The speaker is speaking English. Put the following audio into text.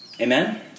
Amen